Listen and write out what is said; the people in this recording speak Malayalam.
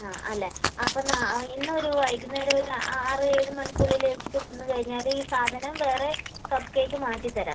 ആ അല്ലേ അപ്പോൾ ആ ഇന്ന് ഒരു വൈകുന്നേരം ഒരു ആറ് ഏഴ് മണിക്കുള്ളിൽ ചേച്ചിക്ക് വന്ന് കഴിഞ്ഞാൽ ഈ സാധനം വേറെ കപ്പ് കേക്ക് മാറ്റിത്തരാം